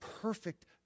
perfect